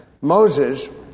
Moses